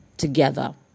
together